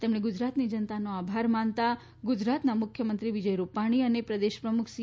તેમણે ગુજરાતની જનતાનો આભાર માનતા ગુજરાતના મુખ્યમંત્રી વિજય રૂપાણી અને પ્રદેશ પ્રમુખ સી